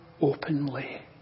openly